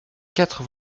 quatre